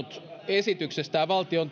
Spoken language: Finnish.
esityksestään